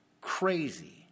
Crazy